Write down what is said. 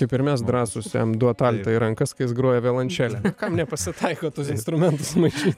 kaip ir mes drąsūs jam duot altą į rankas kai jis groja violončele kam nepasitaiko tuos instrumentus maišyt